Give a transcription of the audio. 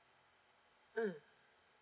mm